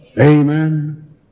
Amen